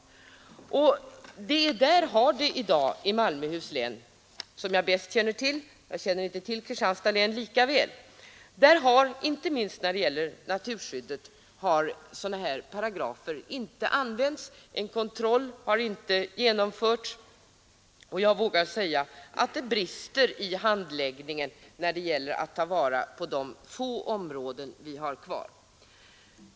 I Malmöhus län, som jag bäst känner — jag känner inte till Kristianstads län lika väl — har, inte minst i fråga om naturskyddet, sådana här paragrafer inte använts, och någon kontroll har inte genomförts. Jag vågar säga att det brister i handläggningen när det gäller att ta vara på de få områden vi har kvar.